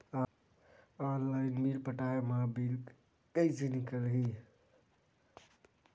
Online bill पटाय मा bill कइसे निकलही?